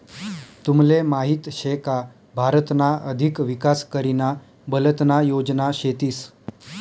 तुमले माहीत शे का भारतना अधिक विकास करीना बलतना योजना शेतीस